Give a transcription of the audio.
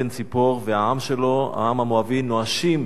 בלק בן ציפור והעם שלו, העם המואבי, נואשים